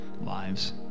lives